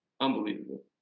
Unbelievable